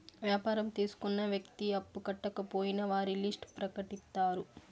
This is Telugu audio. వ్యాపారం తీసుకున్న వ్యక్తి అప్పు కట్టకపోయినా వారి లిస్ట్ ప్రకటిత్తారు